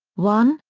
one,